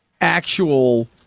actual